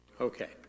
Okay